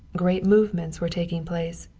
great movements were taking place.